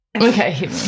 Okay